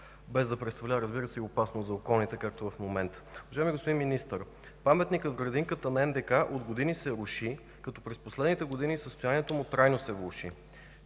без да представлява опасност за околните, каквато представлява в момента. Уважаеми господин Министър, Паметникът в градинката на НДК от години се руши, като през последните години състоянието му трайно се влоши.